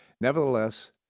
Nevertheless